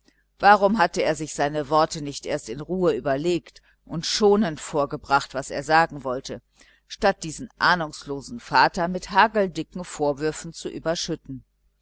warum hatte er sich seine worte nicht erst in ruhe überlegt und schonend vorgebracht was er sagen wollte statt diesen ahnungslosen vater mit hageldicken vorwürfen zu überschütten